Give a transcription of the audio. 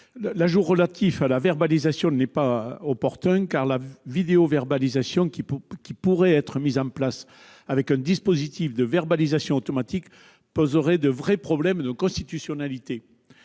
proposée de la verbalisation ne serait pas opportune, car la vidéoverbalisation qui pourrait être mise en place avec un dispositif de verbalisation automatique poserait de sérieux problèmes de constitutionnalité.